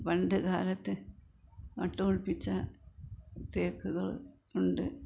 പണ്ടുകാലത്ത് നട്ടുമുളപ്പിച്ച തേക്കുകൾ ഉണ്ട്